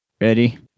ready